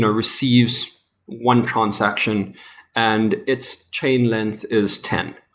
ah receives one transaction and its change length is ten.